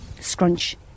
scrunch